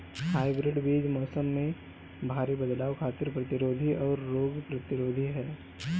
hybrid बीज मौसम में भारी बदलाव खातिर प्रतिरोधी आउर रोग प्रतिरोधी ह